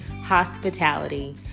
hospitality